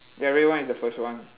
ya red one is the first one